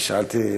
ושאלתי,